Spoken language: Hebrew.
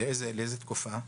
לאיזו תקופה?